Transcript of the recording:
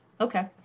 okay